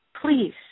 please